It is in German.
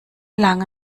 lange